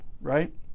right